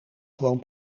gewoon